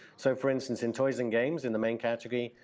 so, for instance, in toys and games in the main category,